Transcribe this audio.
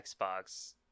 Xbox